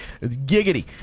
giggity